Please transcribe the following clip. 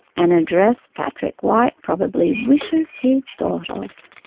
an address patrick white probably wishes he'd thought of.